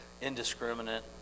indiscriminate